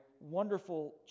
wonderful